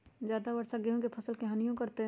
ज्यादा वर्षा गेंहू के फसल के हानियों करतै?